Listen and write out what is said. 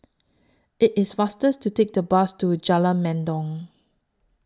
IT IS faster to Take The Bus to Jalan Mendong